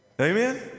amen